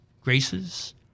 graces